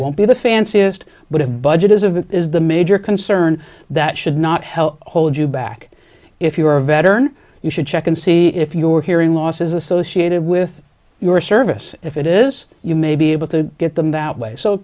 won't be the fanciest but of budget is of it is the major concern that should not help hold you back if you are a veteran you should check and see if your hearing loss is associated with your service if it is you may be able to get them that way so